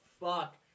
fuck